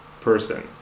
person